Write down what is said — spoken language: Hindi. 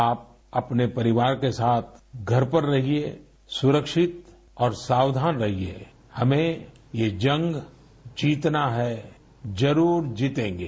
आप अपने परिवार के साथ घर पर रहिए सुरक्षित और सावधान रहिए हमें ये जंग जीतना है जरूर जीतेंगे